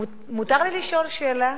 מותר לי לשאול שאלה?